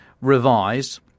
revised